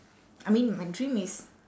I mean my dream is